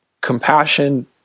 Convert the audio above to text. compassion